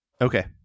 Okay